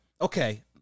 okay